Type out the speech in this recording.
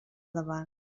davant